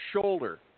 shoulder